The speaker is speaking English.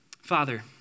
Father